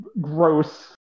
gross